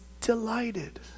delighted